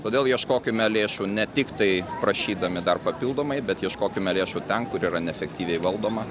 todėl ieškokime lėšų ne tiktai prašydami ar papildomai bet ieškokime lėšų ten kur yra neefektyviai valdoma